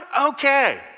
Okay